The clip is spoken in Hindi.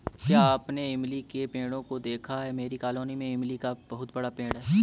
क्या आपने इमली के पेड़ों को देखा है मेरी कॉलोनी में इमली का बहुत बड़ा पेड़ है